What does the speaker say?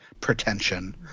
pretension